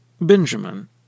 Benjamin